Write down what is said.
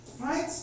Right